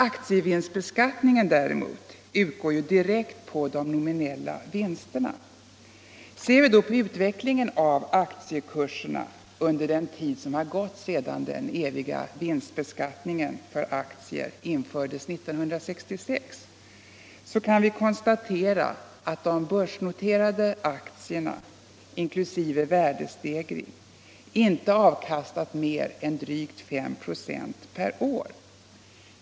Aktievinstbeskattningen däremot utgår ju direkt på de nominella vinsterna. Ser vi då på utvecklingen av aktiekurserna under den tid som har gått sedan den eviga vinstbeskattningen för aktier infördes :1966 så kan vi konstatera att de börsnoterade aktierna, inklusive värdestegring, inte avkastat mer än drygt 5 96 per år.